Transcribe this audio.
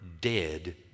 dead